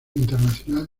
internacional